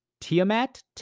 Tiamat